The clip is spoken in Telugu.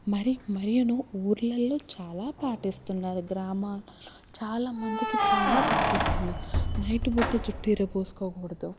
మరి మరీను ఊర్లల్లో చాలా పాటిస్తున్నారు గ్రామాలలో చాలా మందికి చాలా పాటిస్తున్నారు నైట్ పూట జుట్టు విరపోసుకోకూడదు